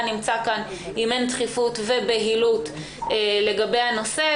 לא היה נמצא כאן אם אין דחיפות ובהילות לגבי הנושא.